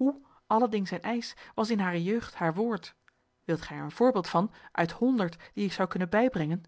s c h was in hare jeugd haar woord wilt gij er een voorbeeld van uit honderd die ik zou kunnen bijbrengen